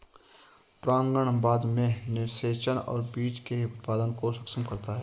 परागण बाद में निषेचन और बीज के उत्पादन को सक्षम करता है